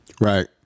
right